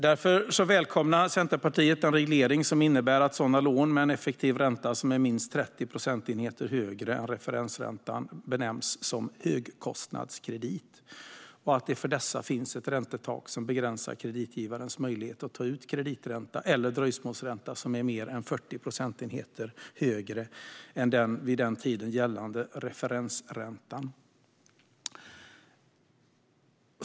Därför välkomnar Centerpartiet den reglering som innebär att sådana lån med en effektiv ränta som är minst 30 procentenheter högre än referensräntan benämns högkostnadskredit och att det för dessa finns ett räntetak som begränsar kreditgivarens möjlighet att ta ut kreditränta eller dröjsmålsränta som är mer än 40 procentenheter högre än den vid varje tidpunkt gällande referensräntan.